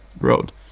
road